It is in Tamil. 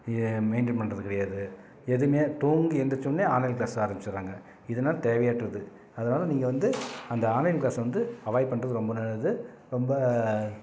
மெயின்டென் பண்ணுறது கிடையாது எதுவுமே தூங்கி எழுந்திரிச்சோன்னே ஆன்லைன் க்ளாஸ் ஆரம்பிச்சிடுறாங்க இதெல்லா தேவையற்றது அதனால் நீங்கள் வந்து அந்த ஆன்லைன் க்ளாஸை வந்து அவாய்ட் பண்ணுறது ரொம்ப நல்லது ரொம்ப